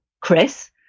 chris